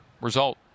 result